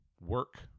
work